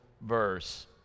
verse